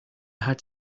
had